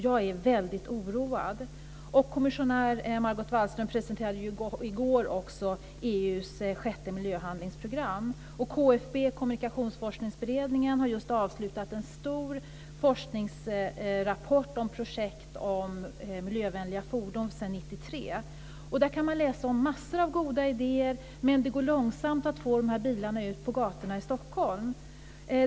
Jag är väldigt oroad. Kommissionären Margot Wallström presenterade också i går EU:s sjätte miljöhandlingsprogram. KFB, Kommunikationsforskningsberedningen, har just avslutat en stor forskningsrapport om projekt rörande miljövänliga fordon sedan 1993. Där kan man läsa om massor av goda idéer, men det går långsamt att få ut de här bilarna på gatorna i Stockholm.